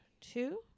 two